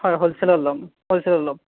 হয় হ'লচেলত ল'ম হ'লচেলত ল'ম